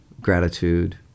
gratitude